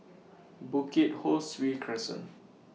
Bukit Ho Swee Crescent